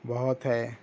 بہت ہے